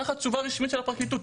ככה התשובה הרשמית של הפרקליטות.